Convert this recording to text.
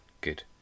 Good